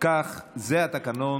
כך, זה התקנון.